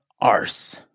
arse